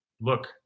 look